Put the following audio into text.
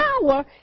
power